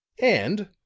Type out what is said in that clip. and,